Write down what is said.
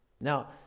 Now